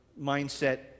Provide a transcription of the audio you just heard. mindset